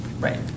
Right